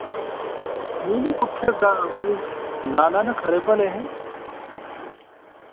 नेईं नेईं कुत्थे गा ना ना ना खरे भले हे